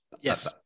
Yes